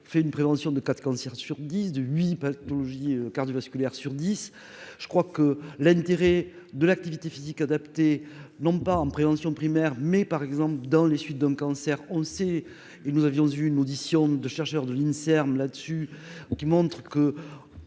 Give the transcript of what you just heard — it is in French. fait une prévention de 4 cancers sur 10 de 8 pathologies cardio-cardiovasculaires sur 10, je crois que l'intérêt de l'activité physique adaptée, non pas en prévention primaire mais par exemple dans les suites d'un cancer, on sait, nous avions une audition de chercheurs de l'INSERM dessus qui montre que